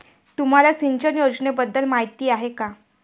तुम्हाला सिंचन योजनेबद्दल माहिती आहे का?